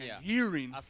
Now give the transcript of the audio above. hearing